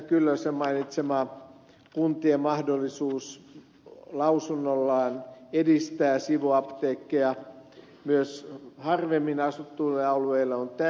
kyllösen mainitsema kuntien mahdollisuus lausunnollaan edistää sivuapteekkeja myös harvemmin asutuilla alueilla on tärkeää